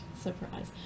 surprise